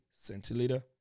centiliter